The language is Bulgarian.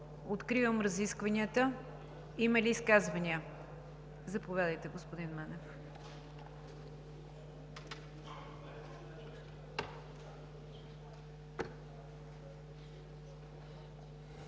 Откривам разискванията. Има ли изказвания? Заповядайте, господин Манев.